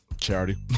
Charity